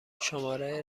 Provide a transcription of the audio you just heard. شماره